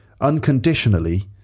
unconditionally